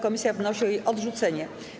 Komisja wnosi o jej odrzucenie.